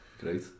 great